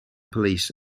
police